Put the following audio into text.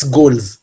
goals